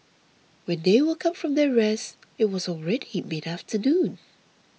when they woke up from their rest it was already midafternoon